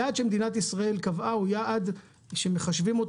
היעד שמוצג פה ושמדינת ישראל קבעה,